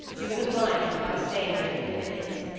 you will oblige me by staying here a few minutes.